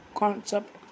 concept